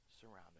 surrounding